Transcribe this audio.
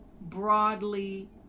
broadly